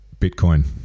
bitcoin